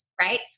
right